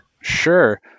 Sure